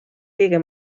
kõige